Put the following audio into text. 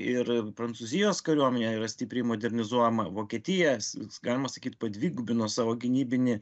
ir prancūzijos kariuomenė yra stipriai modernizuojama vokietijas galima sakyt padvigubino savo gynybinį